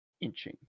inching